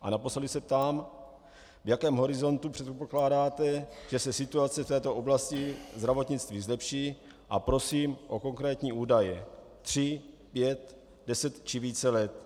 A naposledy se ptám, v jakém horizontu předpokládáte, že se situace v této oblasti zdravotnictví zlepší, a prosím o konkrétní údaje tři, pět, deset či více let